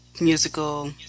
musical